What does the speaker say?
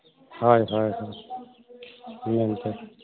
ᱦᱳᱭ ᱦᱳᱭ ᱦᱳᱭ